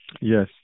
Yes